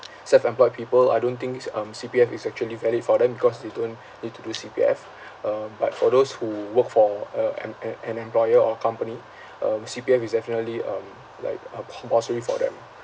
self employed people I don't think is um C_P_F is actually valid for them because they don't need to do C_P_F uh but for those who work for a em~ an an employer or company um C_P_F is definitely um like uh compulsory for them